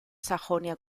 sajonia